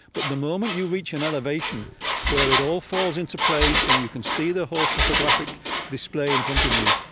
but the moment you reach an elevation where it all falls into place and you can see the whole topographic display in front of you,